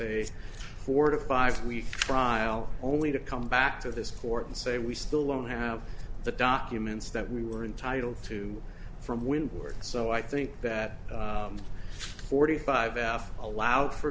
a four to five week trial only to come back to this court and say we still don't have the documents that we were entitled to from windward so i think that forty five out allowed for